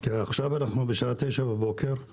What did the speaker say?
כי עכשיו בשעה 9:00 בבוקר אנחנו